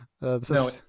no